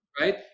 right